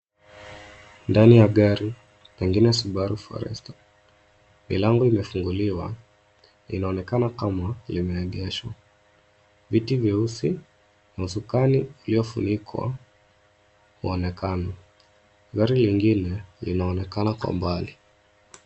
Ndani ya gari, pengine Subaru Forester, milango imefungiliwa na inaonekana kama limeegeshwa, viti vyeusi na usakani uliofunikwa umeonekana. Gari lingine linaonekana kwa mbali.